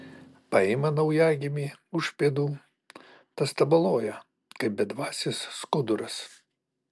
paima naujagimį už pėdų tas tabaluoja kaip bedvasis skuduras